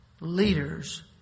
leaders